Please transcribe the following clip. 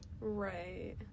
Right